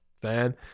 fan